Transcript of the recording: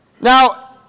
Now